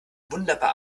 wunderbar